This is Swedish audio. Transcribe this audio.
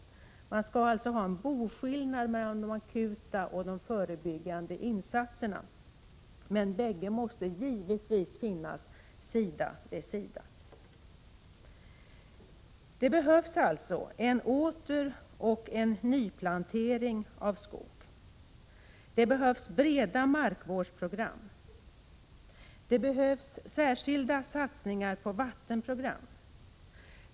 Det skall alltså vara en boskillnad mellan de akuta och de förebyggande insatserna. Men bägge måste givetvis finnas sida vid sida. Det behövs en återplantering och en nyplantering av skog. Det behövs breda markvårdsprogram. Det behövs särskilda satsningar på vattenprogram.